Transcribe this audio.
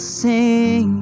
sing